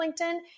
LinkedIn